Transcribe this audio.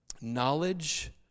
Knowledge